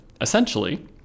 essentially